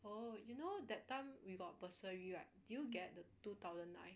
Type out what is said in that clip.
oh you know that time we got bursary right do you get the two thousand nine